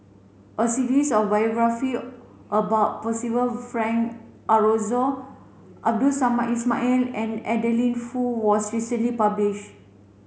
a series of biography about Percival Frank Aroozoo Abdul Samad Ismail and Adeline Foo was recently publish